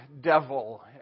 devil